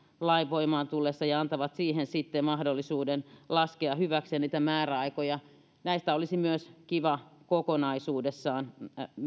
lain voimaan tullessa ja antavat siihen sitten mahdollisuuden laskea hyväksi niitä määräaikoja näistä olisi myös kiva kokonaisuudessaan